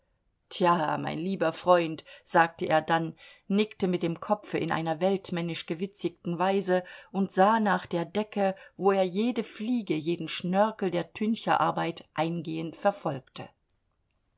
tja mein lieber freund sagte er dann nickte mit dem kopfe in einer weltmännisch gewitzigten weise und sah nach der decke wo er jede fliege jeden schnörkel der tüncherarbeit eingehend verfolgte